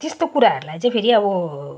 त्यस्तो कुराहरूलाई चाहिँ फेरि अब